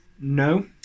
No